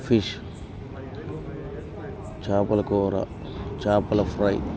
fish చాపల కూర చాపల ఫ్రై